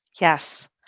Yes